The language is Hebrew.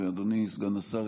אדוני סגן השר,